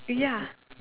ya